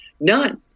None